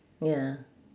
ya